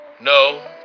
No